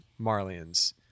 Marlians